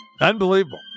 Unbelievable